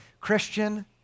Christian